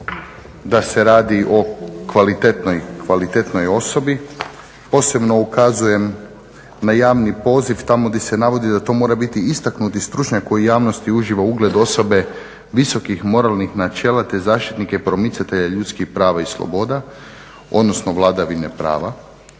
da se radi o kvalitetnoj osobi. Posebno ukazujem na javni poziv tamo gdje se navodi da to mora biti istaknuti stručnjak koji u javnosti uživa ugled osobe visokih moralnih načela te zaštitnika i promicatelja ljudskih prava i sloboda, odnosno vladavine prava.